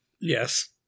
yes